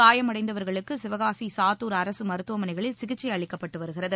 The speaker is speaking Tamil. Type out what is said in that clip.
காயமடைந்தவர்களுக்கு சிவகாசி சாத்தூர் அரசு மருத்துவமனைகளில் சிகிச்சை அளிக்கப்பட்டு வருகிறது